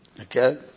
okay